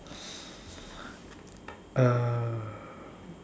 err